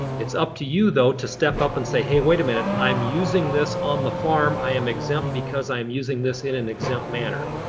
it's up to you though to step up and say hey wait a minute, i'm using this on the farm, i am exempt because i'm using this in an exempt manner.